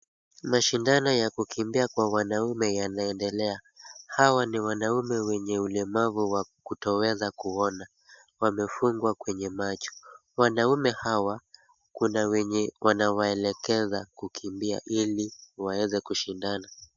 Mashindano ya kukimbia kwa wanaume yanaendelea. Hawa ni wanaume wenye ulemavu wa kutoweza kuona. Wamefungwa kwenye macho. Wanaume hawa kuna wenye wanawaelekeza kukimbia ili waeze kushindana.